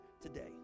today